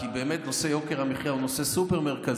כי באמת נושא יוקר המחיה הוא נושא סופר-מרכזי.